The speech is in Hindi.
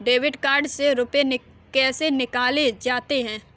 डेबिट कार्ड से रुपये कैसे निकाले जाते हैं?